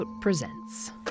presents